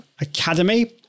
Academy